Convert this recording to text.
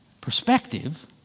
perspective